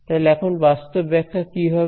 তাহলে এখন বাস্তব ব্যাখ্যা কি হবে